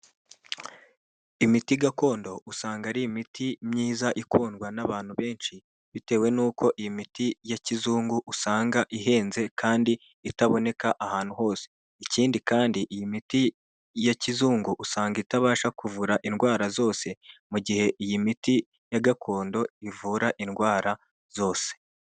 Imiti gakondo usanga ari imiti myiza ikundwa n'abantu benshi, bitewe n'uko iyi miti ya kizungu usanga ihenze kandi itaboneka ahantu hose; ikindi kandi iyi miti ya kizungu usanga itabasha kuvura indwara zose mu gihe iyi miti ya gakondo ivura indwara zose.